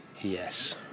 Yes